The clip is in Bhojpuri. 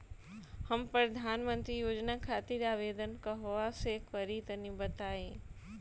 हम प्रधनमंत्री योजना खातिर आवेदन कहवा से करि तनि बताईं?